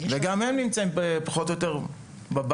וגם הם נמצאים פחות או יותר בבדידות,